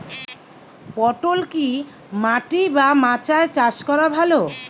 পটল কি মাটি বা মাচায় চাষ করা ভালো?